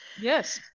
Yes